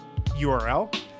URL